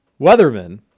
Weatherman